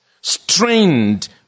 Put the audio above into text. strained